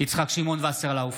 יצחק שמעון וסרלאוף,